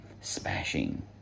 smashing